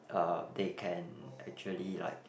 uh they can actually like